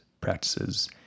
practices